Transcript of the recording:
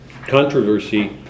controversy